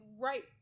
right